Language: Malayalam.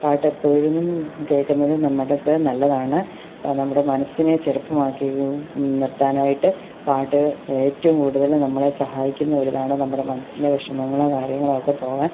പാട്ട് എപ്പോഴും കേൾക്കുന്നത് നമ്മുടെയൊക്കെ നല്ലതാണ് ഇപ്പം നമ്മുടെ മനസ്സിനെ ചെറുപ്പമാക്കുകയും നിർത്താനായിട്ട് പാട്ട് ഏറ്റവും കൂടുതൽ നമ്മളെ സഹായിക്കുന്നൊരിതാണ് നമ്മുടെ മനസ്സിലെ വിഷമങ്ങളൊ കാര്യങ്ങളൊക്കെ പോകാൻ